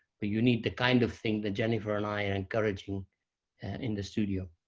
but you need the kind of thing that jennifer and i are encouraging in the studio.